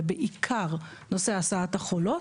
ובעיקר נושא הסעת החולות.